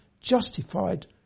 justified